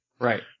Right